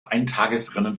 eintagesrennen